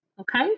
Okay